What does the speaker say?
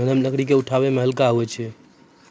नरम लकड़ी क उठावै मे हल्का होय छै